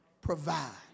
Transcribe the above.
provide